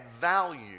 value